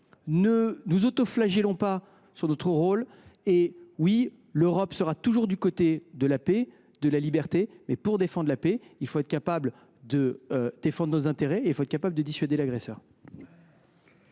ne nous autoflagellons pas ! Oui, l’Europe sera toujours du côté de la paix et de la liberté, mais, pour défendre la paix, il faut être capable de défendre nos intérêts et il faut être capable de dissuader l’agresseur.